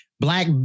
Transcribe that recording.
Black